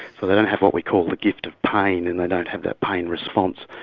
so they don't have what we call the gift of pain and they don't have that pain response.